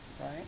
Right